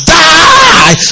die